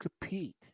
compete